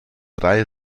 drei